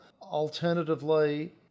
Alternatively